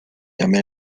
llamé